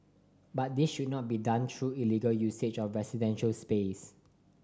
but this should not be done through illegal usage of residential space